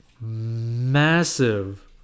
massive